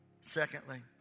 Secondly